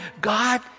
God